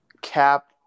Cap